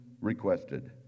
requested